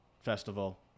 Festival